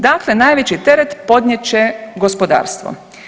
Dakle, najveći teret podnijet će gospodarstvo.